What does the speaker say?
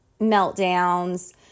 meltdowns